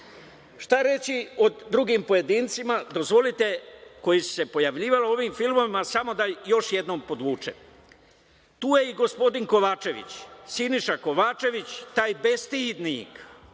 reći o drugim pojedincima koji su se pojavljivali u ovim filmovima? Samo da još jednom podvučem. Tu je i gospodin Siniša Kovačević. Taj bestidnik